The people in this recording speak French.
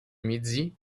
midi